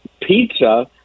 Pizza